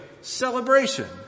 celebration